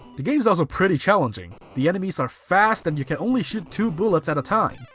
the game's also pretty challenging, the enemies are fast and you can only shoot two bullets at a time.